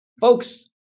folks